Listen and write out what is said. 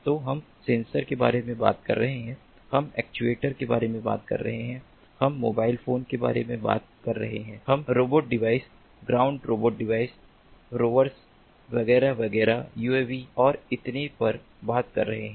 तो हम सेंसर के बारे में बात कर रहे हैं हम एक्ट्यूएटर्स के बारे में बात कर रहे हैं हम मोबाइल फोन के बारे में बात कर रहे हैं हम robot device ground robot device rovers वगैरह वगैरह यूएवी और इतने पर बात कर रहे हैं